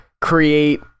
create